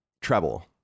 Treble